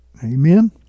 Amen